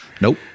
Nope